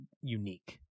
unique